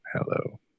Hello